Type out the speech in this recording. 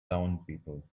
townspeople